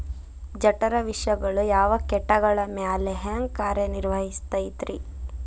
ಜಠರ ವಿಷಗಳು ಯಾವ ಕೇಟಗಳ ಮ್ಯಾಲೆ ಹ್ಯಾಂಗ ಕಾರ್ಯ ನಿರ್ವಹಿಸತೈತ್ರಿ?